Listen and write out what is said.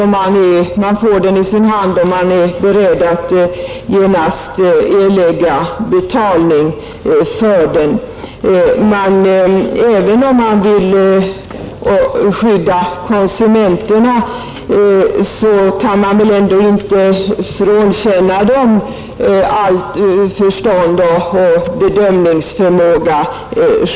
Han får den i sin hand och är beredd att genast erlägga betalning för den. Även om man vill skydda konsumenterna bör man väl inte frånkänna dem allt förstånd och all bedömningsförmåga.